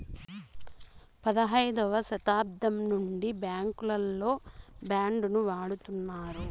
పదైదవ శతాబ్దం నుండి బ్యాంకుల్లో బాండ్ ను వాడుతున్నారు